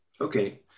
okay